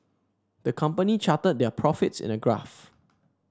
the company charted their profits in a graph